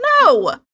No